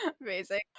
Amazing